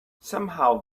somehow